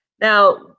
Now